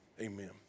Amen